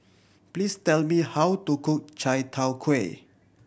please tell me how to cook chai tow kway